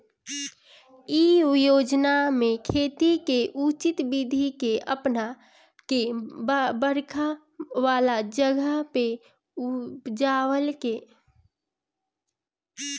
इ योजना में खेती के उचित विधि के अपना के बरखा वाला जगह पे उपज के बढ़ावे के होला